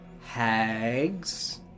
hags